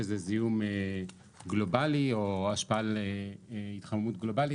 שזה זיהום גלובלי או השפעה על התחממות גלובלית.